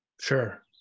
Sure